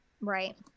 Right